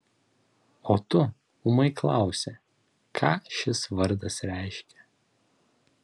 o tu ūmai klausi ką šis vardas reiškia